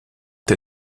der